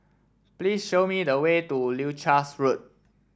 please show me the way to Leuchars Road